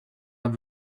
will